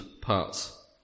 parts